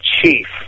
chief